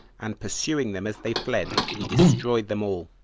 and pursuing them as they fled, he destroyed them all.